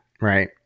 right